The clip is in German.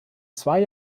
zwei